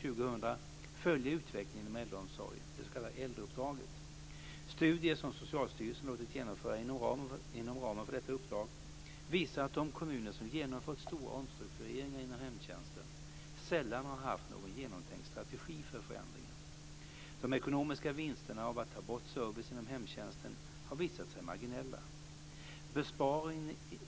1997-2000 följa utvecklingen inom äldreomsorgen, det s.k. äldreuppdraget. Studier som Socialstyrelsen har låtit genomföra inom ramen för detta uppdrag visar att de kommuner som genomfört stora omstruktureringar inom hemtjänsten sällan har haft någon genomtänkt strategi för förändringen. De ekonomiska vinsterna av att ta bort service inom hemtjänsten har visat sig vara marginella.